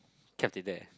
kept it there